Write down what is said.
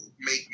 make